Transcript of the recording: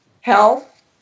health